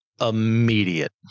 immediate